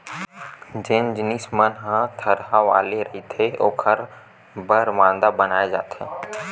जेन जिनिस मन ह थरहा वाले रहिथे ओखर बर मांदा बनाए जाथे